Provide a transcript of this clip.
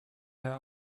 herr